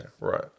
Right